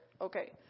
Okay